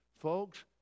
Folks